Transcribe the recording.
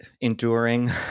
enduring